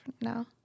now